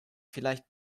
vielleicht